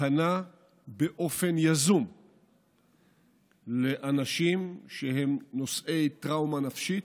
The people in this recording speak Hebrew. פנה אגף השיקום באופן יזום לאנשים נושאי טראומה נפשית,